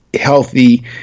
healthy